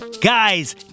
guys